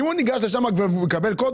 אם הוא ניגש לשם ומקבל קוד,